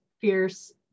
fierce